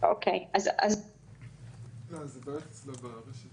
אני בטוחה שנערכים על זה דיונים.